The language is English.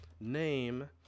name